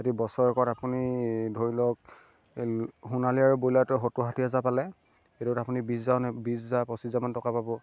সিহঁতে বছৰেকত আপুনি ধৰি লওক সোণালী আৰু ব্ৰইলাৰটোৱে সত্তৰ ষাঠী হাজাৰ পালে এইটোত আপুনি বিছ হাজাৰ নে বিছ হাজাৰ পঁচিছ হাজাৰ মান টকা পাব